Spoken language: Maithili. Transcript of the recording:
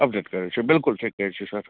अपडेट करै छिए बिलकुल ठीक कहै छिए सर